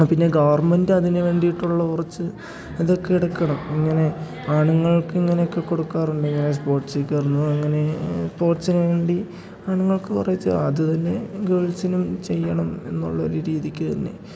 ആ പിന്നെ ഗവർമെൻ്റ് അതിന് വേണ്ടിയിട്ടുള്ള കുറച്ച് ഇതൊക്കെ എടുക്കണം ഇങ്ങനെ ആണുങ്ങൾക്ക് ഇങ്ങനെയൊക്കെ കൊടുക്കാറുണ്ട് ഇങ്ങനെ സ്പോർട്സിൽ കയറുന്നു അങ്ങനെ സ്പോർട്സിനുവേണ്ടി ആണുങ്ങൾക്ക് കുറേശ്ശെ അതുതന്നെ ഗേൾസിനും ചെയ്യണം എന്നുള്ളൊരു രീതിയ്ക്ക് തന്നെ